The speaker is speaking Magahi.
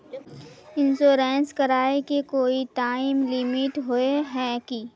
इंश्योरेंस कराए के कोई टाइम लिमिट होय है की?